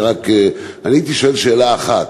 הייתי שואל שאלה אחת: